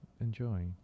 enjoy